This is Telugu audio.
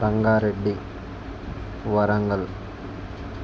సంగారెడ్డి వరంగల్